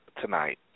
tonight